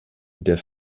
der